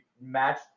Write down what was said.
match